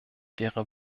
wäre